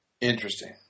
Interesting